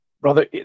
brother